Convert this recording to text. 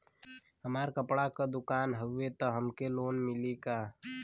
हमार कपड़ा क दुकान हउवे त हमके लोन मिली का?